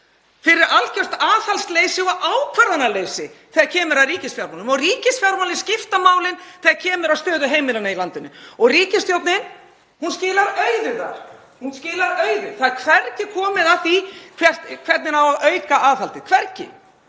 fyrir algert aðhaldsleysi og ákvarðanaleysi þegar kemur að ríkisfjármálum. Ríkisfjármálin skipta máli þegar kemur að stöðu heimilanna í landinu og ríkisstjórnin skilar auðu þar, hún skilar auðu. Það er hvergi komið að því hvernig á að auka aðhaldið — hvergi.